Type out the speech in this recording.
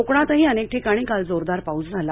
कोकणातही अनेक ठिकाणी काल जोरदार पाऊस झाला